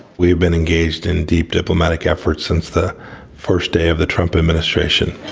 we've been engaged in deep diplomatic efforts since the first day of the trump administration